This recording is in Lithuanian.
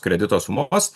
kredito sumos